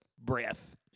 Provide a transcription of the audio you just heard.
breath